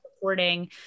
reporting